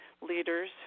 leaders